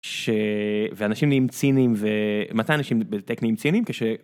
שאנשים נהיים ציניים ומתי אנשים באמת נהיים ציניים? כש...